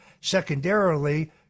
Secondarily